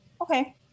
okay